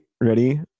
Ready